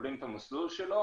מקבלים את המסלול שלו.